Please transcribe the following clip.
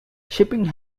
shipping